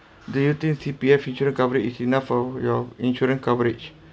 do you think C_P_F insurance coverage is enough for your insurance coverage